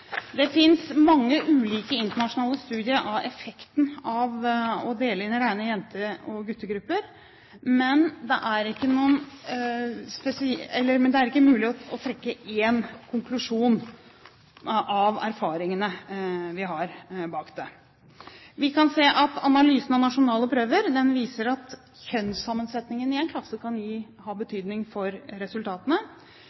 Det fins mange ulike internasjonale studier av effekten av å dele inn i rene jente- og guttegrupper, men det er ikke mulig å trekke én konklusjon av erfaringene vi har bak det. Vi kan se at analysen av nasjonale prøver viser at kjønnssammensetningen i en klasse kan ha